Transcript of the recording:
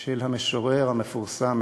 של המשורר המפורסם,